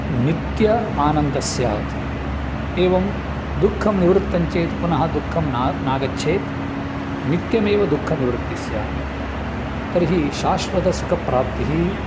नित्यः आनन्दः स्यात् एवं दुःखं निवृत्तं चेत् पुनः दुःखं न न आगच्छेत् नित्यमेव दुःखनिवृत्तिः स्यात् तर्हि शाश्वतसुखप्राप्तिः